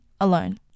alone